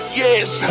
yes